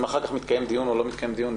אם אחר כך מתקיים דיון או לא מתקיים דיון,